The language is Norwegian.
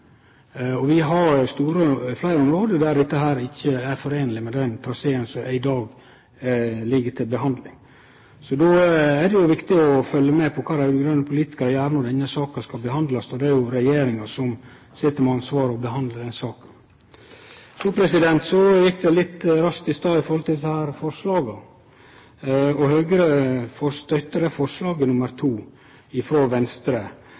Vi har fleire område der dette ikkje kan kombinerast med den traseen som vi i dag har til behandling. Då er det viktig å følgje med på kva dei raud-grøne politikarane gjer når denne saka blir behandla, og det er regjeringa som sit med ansvaret for behandlinga av den saka. Så gjekk det litt raskt når det gjaldt desse forslaga. Høgre støttar forslag nr. 2, frå Venstre. Men vi vil også leggje til